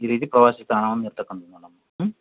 ಈ ರೀತಿ ಪ್ರವಾಸಿ ತಾಣ ಒಂದು ಇರತಕ್ಕಂಥದ್ದು ನಮ್ದು ಹ್ಞೂ